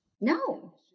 no